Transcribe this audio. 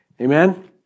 Amen